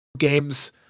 Games